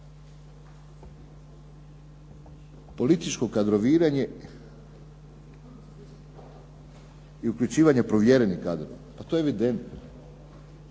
Političko kadroviranje i uključivanje provjerenih kadrova, pa to je evidentno.